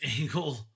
Angle